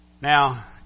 Now